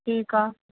ठीकु आहे